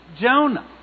Jonah